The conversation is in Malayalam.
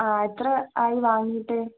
ആ എത്ര ആയി വാങ്ങിയിട്ട്